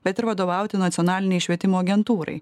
bet ir vadovauti nacionalinei švietimo agentūrai